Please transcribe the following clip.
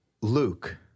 Luke